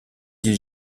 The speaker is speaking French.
ils